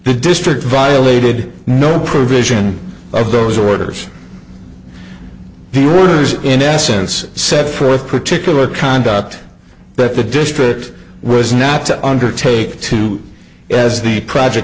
the district violated no provision of those orders he orders in essence set forth particular conduct that the district was not to undertake to as the project